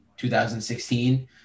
2016